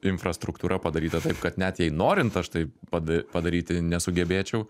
infrastruktūra padaryta taip kad net jei norint aš tai pada padaryti nesugebėčiau